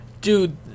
Dude